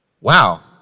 Wow